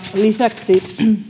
lisäksi